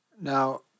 Now